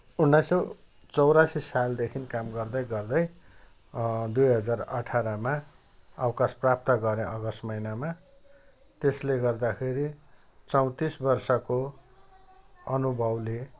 उन्नाइस सय चौरासी सालदेखि काम गर्दै गर्दै दुई हजार अठारमा अवकास प्राप्त गरेँ अगस्त महिनामा त्यसले गर्दाखेरि चौतिस वर्षको अनुभवले